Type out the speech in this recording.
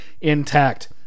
intact